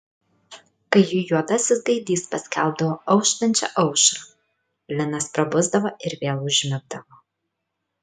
kai jų juodasis gaidys paskelbdavo auštančią aušrą linas prabusdavo ir vėl užmigdavo